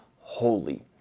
holy